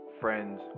friends